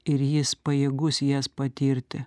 ir jis pajėgus jas patirti